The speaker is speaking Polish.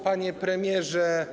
Panie Premierze!